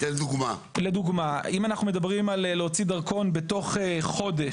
למשל אם מדברים על הוצאת דרכון בתוך חודש-